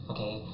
Okay